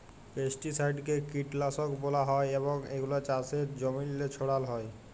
পেস্টিসাইডকে কীটলাসক ব্যলা হ্যয় এবং এগুলা চাষের জমিল্লে ছড়াল হ্যয়